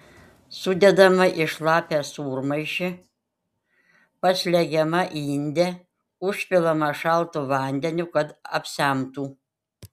sudedama į šlapią sūrmaišį paslegiama inde užpilama šaltu vandeniu kad apsemtų